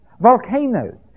Volcanoes